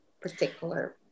particular